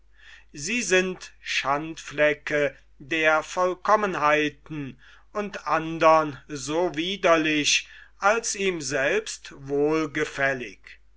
sie sind schandflecke der vollkommenheiten und andern so widerlich als ihm selbst wohlgefällig